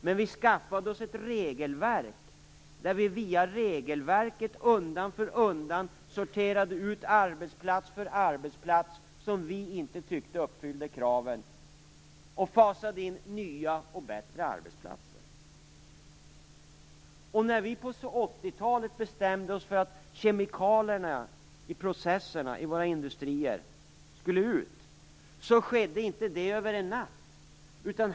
Men vi skaffade oss ett regelverk, där vi via regelverket undan för undan sorterade ut arbetsplats för arbetsplats som vi inte tyckte uppfyllde kraven och fasade in nya och bättre arbetsplatser. När vi på 80-talet bestämde oss för att få bort kemikalierna i processindustrin, skedde inte det över en natt.